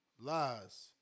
Lies